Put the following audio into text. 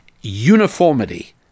uniformity